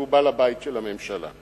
שהוא בעל הבית של הממשלה.